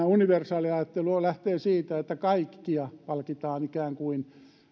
universaaliajattelu lähtee siitä että kaikkia palkitaan ikään kuin